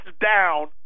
down